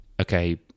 Okay